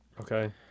Okay